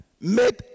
made